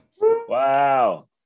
Wow